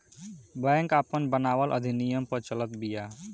bank आपन बनावल अधिनियम पअ चलत बिया